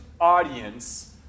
audience